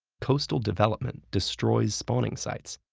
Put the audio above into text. coastal development destroys spawning sites,